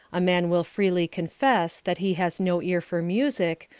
a man will freely confess that he has no ear for music,